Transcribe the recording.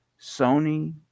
Sony